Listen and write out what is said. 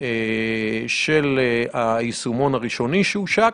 של היישומון הראשוני שהושק.